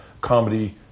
comedy